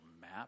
map